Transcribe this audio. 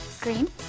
Green